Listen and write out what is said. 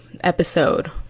episode